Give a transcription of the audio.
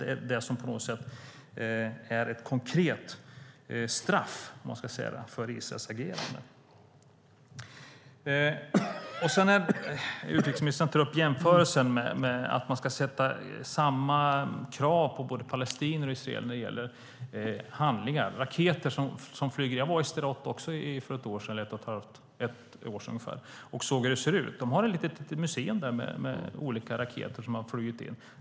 Det vore ett konkret straff för Israels agerande. Utrikesministern tar upp jämförelsen, att man ska ställa samma krav på både palestinier och israeler när det gäller handlingar och raketer som flyger. Jag var i Sderot för ungefär ett år sedan och såg hur det ser ut. De har ett litet museum där med olika raketer som har flugit in.